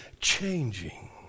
changing